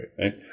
right